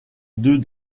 deux